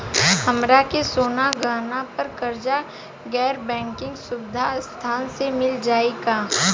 हमरा के सोना गहना पर कर्जा गैर बैंकिंग सुविधा संस्था से मिल जाई का?